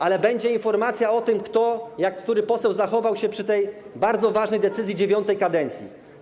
Ale będzie informacja o tym, jak który poseł zachował się przy tej bardzo ważnej decyzji IX kadencji.